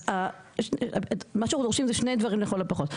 אז מה שאנחנו דורשים אלו שני דברים לכל הפחות.